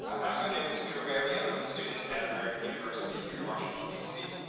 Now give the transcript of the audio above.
ah hi, my name is drew bailey, i'm a student at american university here in washington, d c.